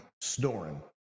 snoring